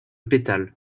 pétales